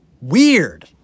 Weird